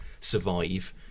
survive